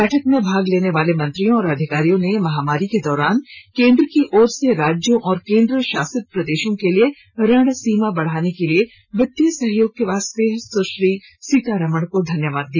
बैठक में भाग लेने वाले मंत्रियों और अधिकारियों ने महामारी के दौरान केन्द्र की ओर से राज्यों और केन्द्र शासित प्रदेशों के लिए ऋण सीमा बढ़ाने के वित्तीय सहयोग के लिए सुश्री सीतारामन को धन्यवाद दिया